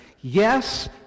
yes